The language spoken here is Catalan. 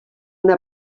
una